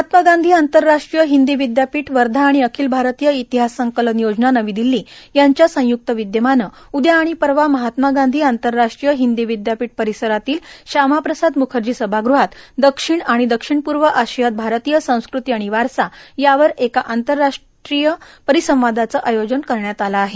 महात्मा गांधी आंतरराष्ट्रीय हिंदी विद्यापीठ वर्षा आणि अखिल भारतीय इतिहास संकलन योजना नवी दिल्ली यांव्या संयुक्त विधमान उद्या आणि परवा महात्मा गांधी आंतरराष्ट्रीय हिंदी विधापीठ परिसरातील श्यामाप्रसाद मुखर्जी समागृहात दक्षिण आणि दक्षिण पुर्व आशियात भारतीय संस्कृती आणि वारसा यावर एका आंतरराष्ट्रीय परिसंवादाचं आयजन करण्यात आलं आहे